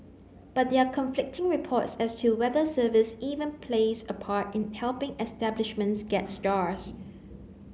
but there are conflicting reports as to whether service even plays a part in helping establishments get stars